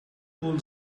all